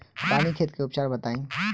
रानीखेत के उपचार बताई?